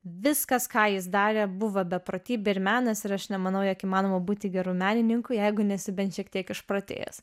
viskas ką jis darė buvo beprotybė ir menas ir aš nemanau jog įmanoma būti geru menininku jeigu nesi bent šiek tiek išprotėjęs